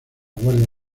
guardia